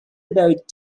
about